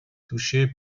touché